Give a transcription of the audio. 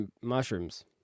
mushrooms